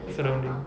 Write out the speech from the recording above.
surrounding